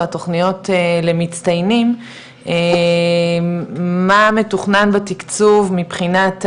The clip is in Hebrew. התוכניות למצטיינים מה מתוכנן בתקצוב מבחינת הנגב,